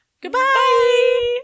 Goodbye